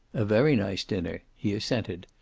a very nice dinner, he assented.